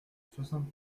soixante